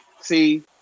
See